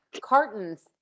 cartons